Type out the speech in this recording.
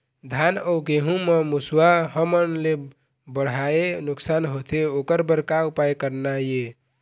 धान अउ गेहूं म मुसवा हमन ले बड़हाए नुकसान होथे ओकर बर का उपाय करना ये?